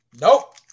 Nope